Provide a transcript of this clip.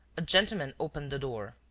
a gentleman opened the door.